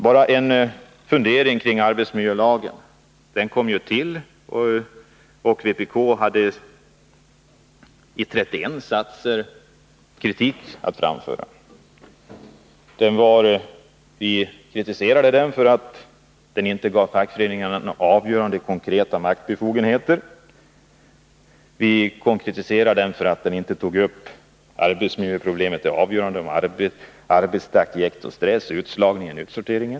Bara en fundering kring arbetsmiljölagen. När den kom till framförde vpk sin kritik i 31 satser. Vi kritiserade den för att den inte gav fackföreningarna några avgörande, konkreta maktbefogenheter. Vi kritiserade den för att den inte tog upp de avgörande arbetsmiljöproblemen med arbetstakt, jäkt och stress, utslagning och utsortering.